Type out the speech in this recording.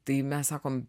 tai mes sakom